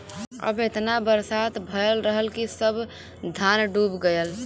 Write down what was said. अब एतना बरसात भयल रहल कि सब धान डूब गयल